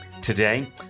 Today